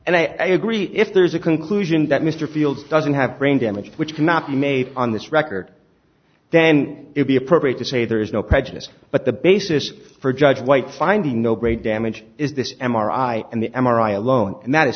and i agree if there's a conclusion that mr field doesn't have brain damage which cannot be made on this record then it be appropriate to say there is no prejudice but the basis for judge white finding no great damage is this m r i and the m r i alone and that is